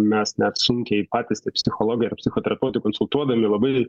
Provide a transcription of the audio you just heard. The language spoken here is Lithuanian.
mes net sunkiai patys ir psichologai ir psichoterapeutai konsultuodami labai